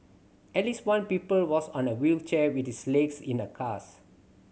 at least one pupil was on a wheelchair with his legs in a cast